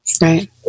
Right